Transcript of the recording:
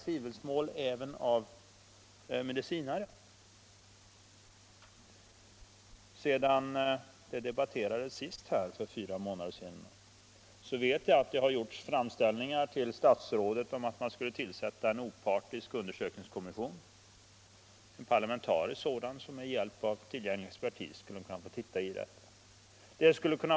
Jag vet att det sedan vi senast debatterade frågan för fyra månader sedan gjorts framställningar till statsrådet om att tillsätta en opartisk, parlamentarisk undersökningskommission som med hjälp av tillgänglig expertis skulle utreda saken.